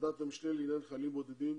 ועדת המשנה לעניין חיילים בודדים